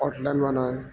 اس Scotland وان ہے